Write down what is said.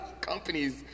companies